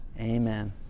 Amen